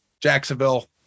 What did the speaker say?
Jacksonville